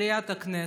במליאת הכנסת,